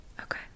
okay